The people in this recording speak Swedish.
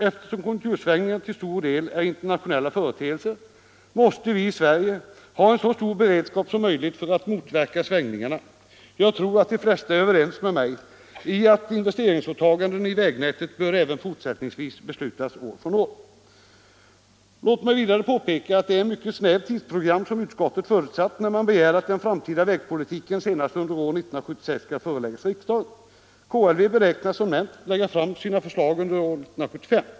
Eftersom konjunktursvängningarna till stor del är internationella företeelser måste vi i Sverige ha en så stor beredskap som möjligt för att motverka svängningarna. Jag tror att de flesta är överens med mig om att investeringsåtaganden i vägnätet även fortsättningsvis bör beslutas år från år. Låt mig vidare påpeka att det är ett mycket snävt tidsprogram som utskottet förutsatt när man begär att den framtida vägpolitiken senast under år 1976 skall föreläggas riksdagen. KLV beräknas, som nämnts, lägga fram sina förslag under 1975.